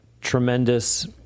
tremendous